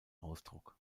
ausdruck